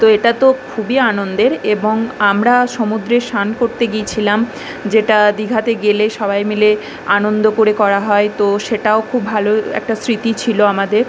তো এটা তো খুবই আনন্দের এবং আমরা সমুদ্রে স্নান করতে গিয়েছিলাম যেটা দিঘাতে গেলে সবাই মিলে আনন্দ করে করা হয় তো সেটাও খুব ভালো একটা স্মৃতি ছিল আমাদের